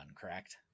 correct